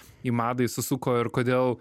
į madai susuko ir kodėl